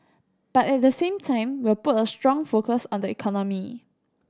but at the same time we'll put a strong focus on the economy